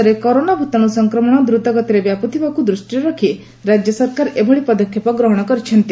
ଦେଶରେ କରୋନା ଭୂତାଣୁ ସଂକ୍ରମଣ ଦ୍ରତଗତିରେ ବ୍ୟାପୁଥିବାକୁ ଦୃଷ୍ଟିରେ ରଖି ରାଜ୍ୟ ସରକାର ଏଭଳି ପଦକ୍ଷେପ ଗ୍ରହଣ କରିଚ୍ଛନ୍ତି